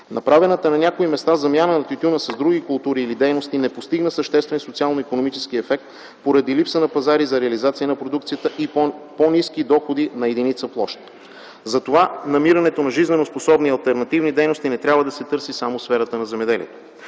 Направената на някои места замяна на тютюна с други култури или дейности не постигна съществен социално-икономически ефект поради липса на пазари за реализация на продукцията и по-ниски доходи на единица площ. Затова намирането на жизненоспособни алтернативни дейности не трябва да се търси само в сферата на земеделието.